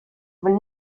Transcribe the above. been